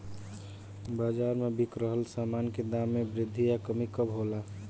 बाज़ार में बिक रहल सामान के दाम में वृद्धि या कमी कब होला?